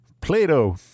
Plato